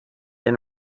and